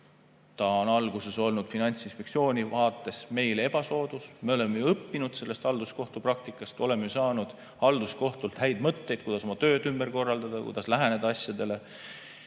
alguses oli see Finantsinspektsiooni vaates meile ebasoodus. Me oleme õppinud halduskohtu praktikast, oleme saanud halduskohtult häid mõtteid, kuidas oma tööd ümber korraldada, kuidas läheneda asjadele.